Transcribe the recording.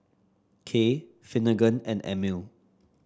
Kay Finnegan and Emile